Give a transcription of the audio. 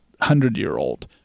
hundred-year-old